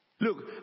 Look